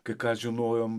kai ką žinojom